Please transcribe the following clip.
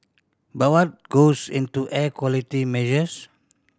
but what goes into air quality measures